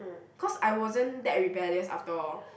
cause I wasn't that rebellious after all